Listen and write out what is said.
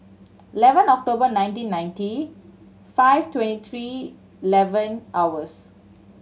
eleven October nineteen ninety five twenty three eleven hours